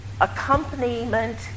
accompaniment